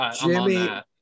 Jimmy